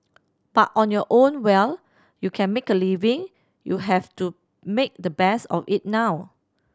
but on your own well you can make a living you have to make the best of it now